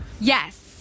Yes